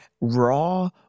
raw